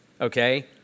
okay